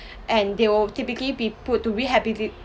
and they will typically be put to